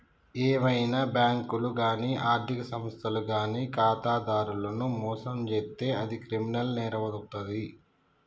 ఏవైనా బ్యేంకులు గానీ ఆర్ధిక సంస్థలు గానీ ఖాతాదారులను మోసం చేత్తే అది క్రిమినల్ నేరమవుతాది